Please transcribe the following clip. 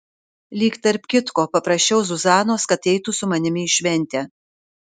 lyg tarp kitko paprašiau zuzanos kad eitų su manimi į šventę